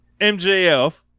MJF